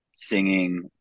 singing